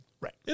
Right